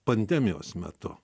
pandemijos metu